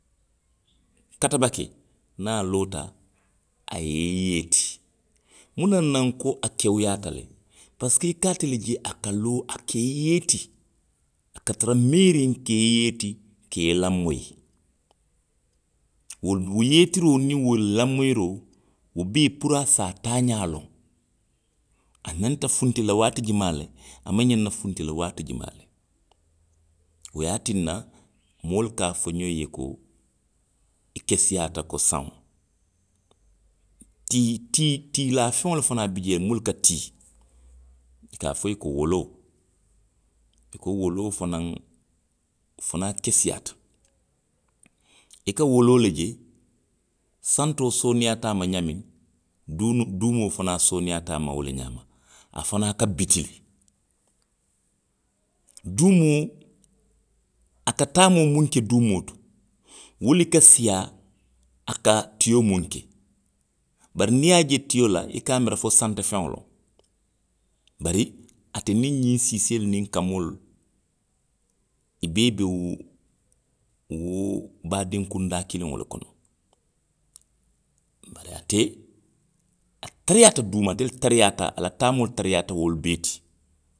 Katabake niŋ aloota. a ye i yeeti. Munaŋ na nko kewuyaata le, parisiko i ka ate le je a ka loo, a ka i yeeti. a ka tara meeriŋ ka i yeeti, ka i lamoyi. Wolu, wo yeetiroo niŋ wo lamoyiroo, wo bee puru a se a taaňaa loŋ. A ňanta funti la waat jumaa le. a maŋ ňaŋ na funti la waati jumaa le. Wo ye a tinna. moolu ka a fo ňoŋ ye ko, i keseyaata ko saŋo. Tii, tii, tiilaa feŋolu fanaŋ bi jee minnu ka tii, i ka a fo i ye ko woloo. I ko woloo fanaŋ, wo fanaŋ keseyaata. I ka woloo le je. santoo sooneyaata a ma ňaamiŋ, duunoo, duumoo fanaŋ sooneyaata a ma wo le ňaama. A fanaŋ ka biti le. Duumoo. a ka taamoo muŋ ke duumoo to, wo le ka siiyaa a ka tio miŋ ke. bari niŋ i ye a je tio la i ka miira fo santo feŋo loŋ. Bari, ate niŋ ňiŋ siiseelu niŋ kamoolu, i bee be wo. wo baadinkundaa kiliŋo le kono. Bari ate. a tariyaata duuma le, ate le tariyaata, a la taamoo le tariyaata wolu bee ti.